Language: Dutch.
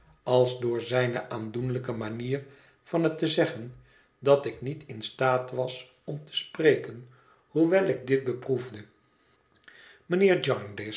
als door zijne aandoenlijke manier van het te zeggen dat ik niet in staat was om te spreken hoewel ik dit beproefde mijnheer